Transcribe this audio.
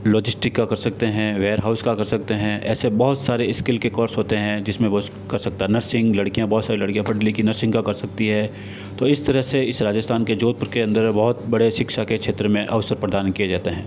logistic का कर सकते हैं वेर हाउस का कर सकते है ऐसे बहुत सारे स्किल के कोर्स होते हैं जिसमें वो कर सकता है नर्सिंग लड़कियाँ बहुत सारी लड़कियाँ पढ़ी लिखी नर्सिंग का कर सकती है तो इस तरह से इस राजस्थान के जोधपुर के अंदर बहुत बड़े शिक्षा के क्षेत्र मे अवसर प्रदान किए जाते हैं